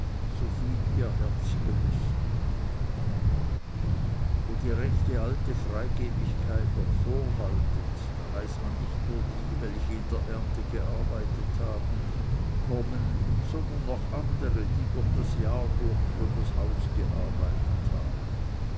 so viel ihr herz gelüstet wo die rechte alte freigebigkeit noch vorwaltet da heißt man nicht nur die welche in der ernte gearbeitet haben kommen sondern noch andere die durch das jahr durch für das haus gearbeitet haben